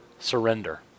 Surrender